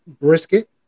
brisket